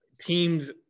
teams